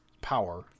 power